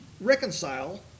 reconcile